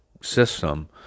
system